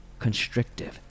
constrictive